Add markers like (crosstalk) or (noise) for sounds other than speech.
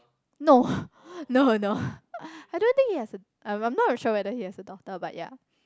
no no no (breath) I don't think he has a I'm not very sure whether he has a daughter but ya